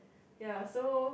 ya so